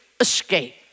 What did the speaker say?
Escape